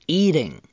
eating